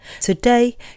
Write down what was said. Today